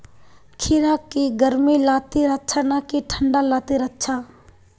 खीरा की गर्मी लात्तिर अच्छा ना की ठंडा लात्तिर अच्छा?